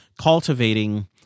cultivating